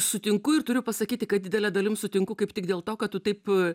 sutinku ir turiu pasakyti kad didele dalim sutinku kaip tik dėl to kad tu taip